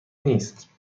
نیست